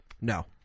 No